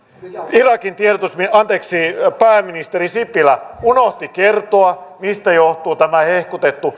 irakin tiedotusmi anteeksi pääministeri sipilä unohti kertoa mistä johtuu tämä hehkutettu